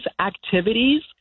activities